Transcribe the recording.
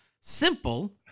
simple